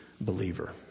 believer